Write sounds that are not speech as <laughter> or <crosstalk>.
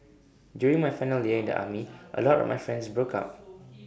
during my final year in the army A lot of my friends broke up <noise>